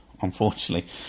unfortunately